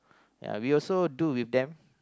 we also do with them